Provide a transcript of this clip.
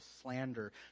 slander